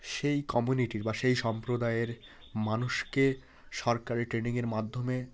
সেই কমিউনিটির বা সেই সম্প্রদায়ের মানুষকে সরকারী ট্রেনিংয়ের মাধ্যমে